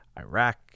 Iraq